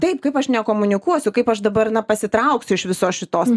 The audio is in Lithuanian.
taip kaip aš nekomunikuosiu kaip aš dabar na pasitrauksiu iš visos šitos